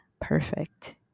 perfect